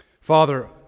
Father